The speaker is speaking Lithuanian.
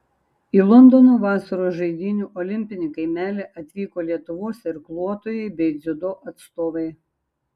į londono vasaros žaidynių olimpinį kaimelį atvyko lietuvos irkluotojai bei dziudo atstovai